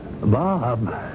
Bob